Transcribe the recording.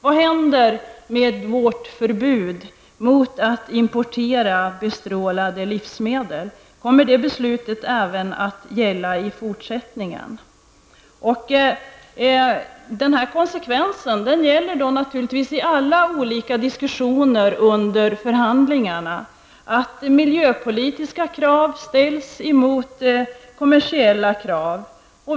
Vad händer med vårt förbud mot att importera bestrålade livsmedel? Kommer det beslutet att gälla även i fortsättningen? Det gäller för alla de olika diskussioner som förs under förhandlingarna att miljöpolitiska krav ställs mot kommersiella krav.